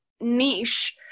niche